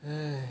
!hais!